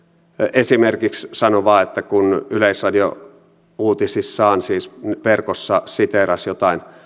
esimerkiksi sanon vain kun yleisradio uutisissaan siis verkossa siteerasi jotain